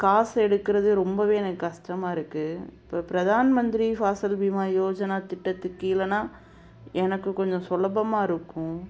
காசு எடுக்கிறது ரொம்பவே எனக்கு கஷ்டமாக இருக்குது இப்போ பிரதான் மந்திரி ஃபாசல் பீமா யோஜனா திட்டத்துக்கு கீழேனா எனக்கு கொஞ்சம் சுலபமாக இருக்கும்